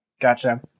Gotcha